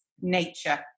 nature